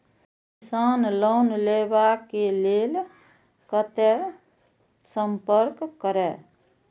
किसान लोन लेवा के लेल कते संपर्क करें?